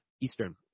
Eastern